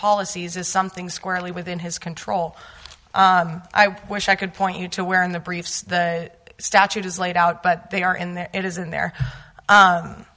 policies is something squarely within his control i wish i could point you to where in the briefs the statute is laid out but they are in there it isn't there